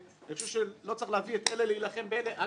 אני חושב שלא צריך להביא את אלה להילחם באלה.